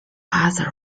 other